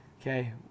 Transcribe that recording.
okay